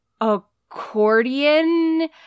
accordion